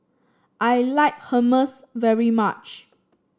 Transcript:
I like Hummus very much